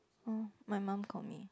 orh my mum call me